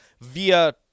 via